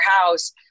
house